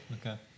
okay